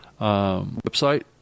website